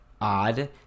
odd